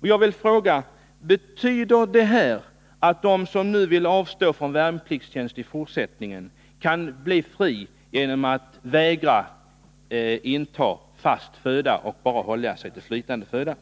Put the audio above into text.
Jag vill fråga vilka lärdomar regeringen drar av det här åberopade fallet. Betyder det inträffade att de som vill avstå från värnpliktstjänst, i fortsättningen kan bli fria från den genom att vägra att inta fast föda och bara hålla sig till flytande föda?